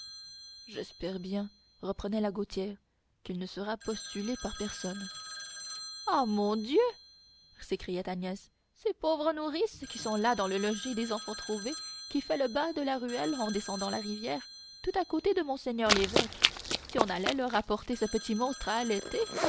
j'espère bien reprenait la gaultière qu'il ne sera postulé par personne ah mon dieu s'écriait agnès ces pauvres nourrices qui sont là dans le logis des enfants trouvés qui fait le bas de la ruelle en descendant la rivière tout à côté de monseigneur l'évêque si on allait leur apporter ce petit monstre à